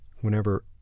Whenever